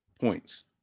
points